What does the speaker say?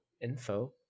info